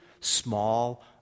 small